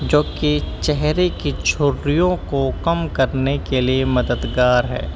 جوکہ چہرے کی جھریوں کو کم کرنے کے لیے مددگار ہے